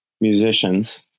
musicians